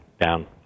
down